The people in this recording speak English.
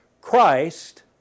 Christ